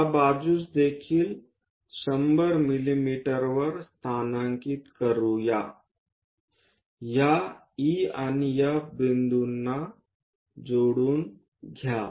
या बाजूस देखील 100 मिमी वर स्थानांकित करूया ह्या E आणि F बिंदूंना जोडून घ्या